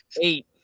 eight